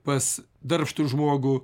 pas darbštų žmogų